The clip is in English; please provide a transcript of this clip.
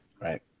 Right